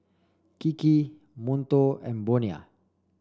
Kiki Monto and Bonia